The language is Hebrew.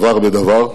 בדבר.